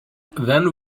then